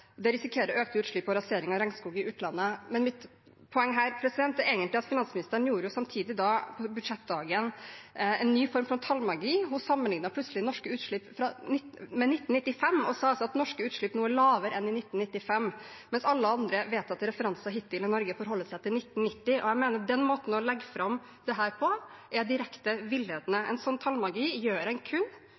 det risikerer vi økte utslipp og rasering av regnskog i utlandet. Men mitt poeng her er at finansministeren samtidig, på budsjettdagen, la fram en ny form for tallmagi. Hun sammenlignet plutselig norske utslipp med 1995 og sa at norske utslipp nå var lavere enn i 1995, mens alle andre vedtatte referanser hittil i Norge forholder seg til 1990. Jeg mener at den måten å legge fram dette på er direkte villedende. En slik tallmagi gjør en kun